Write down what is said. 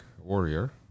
warrior